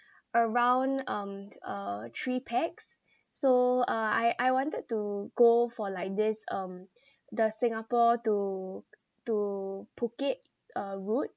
around um uh three pax so uh I I wanted to go for like this um the singapore to to phuket uh route